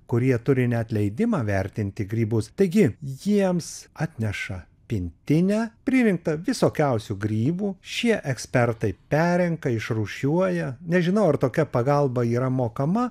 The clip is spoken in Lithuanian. kurie turi net leidimą vertinti grybus taigi jiems atneša pintinę pririnkta visokiausių grybų šie ekspertai perrenka išrūšiuoja nežinau ar tokia pagalba yra mokama